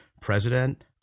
president